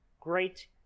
great